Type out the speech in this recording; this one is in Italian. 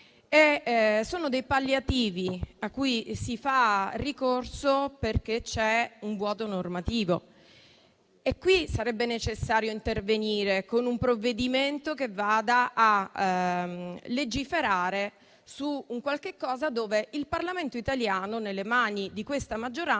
sono dei palliativi a cui si fa ricorso perché c'è un vuoto normativo. Qui sarebbe necessario intervenire con un provvedimento che vada a legiferare su una materia su cui il Parlamento italiano, nelle mani di questa maggioranza,